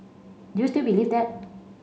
do you still believe that